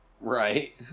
Right